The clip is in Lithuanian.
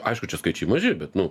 aišku čia skaičiai maži bet nu